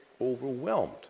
Overwhelmed